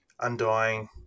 undying